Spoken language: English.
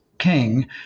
king